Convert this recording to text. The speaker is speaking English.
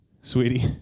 Sweetie